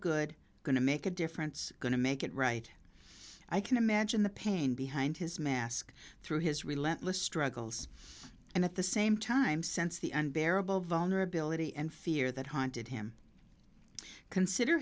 good going to make a difference going to make it right i can imagine the pain behind his mask through his relentless struggles and at the same time sense the unbearable vulnerability and fear that haunted him consider